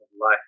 life